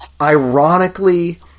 ironically